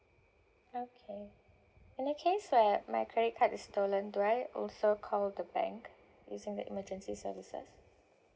okay in the case where my credit card is stolen do I also call the bank using the emergency services